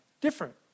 different